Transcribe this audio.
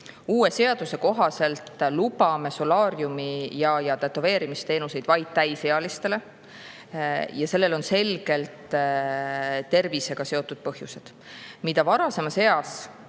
Uue seaduse kohaselt lubame solaariumi- ja tätoveerimisteenuseid vaid täisealistele. Sellel on selgelt tervisega seotud põhjused. Mida varasemas eas